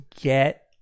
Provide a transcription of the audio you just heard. get